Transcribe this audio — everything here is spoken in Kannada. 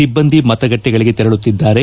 ಸಿಬ್ಬಂದಿ ಮತಗಟ್ಟೆಗಳಿಗೆ ತೆರಳುತ್ತಿದ್ದಾರೆ